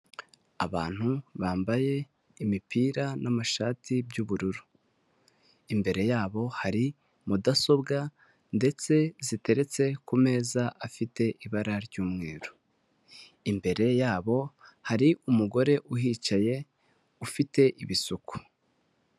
Abantu bambaye imipira n'amashati by'ububururu; imbere yabo hari mudasobwa ndetse ziteretse ku meza afite ibara ry'umweru; imbere yabo hari umugore uhicaye ufite ibisuko.